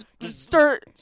start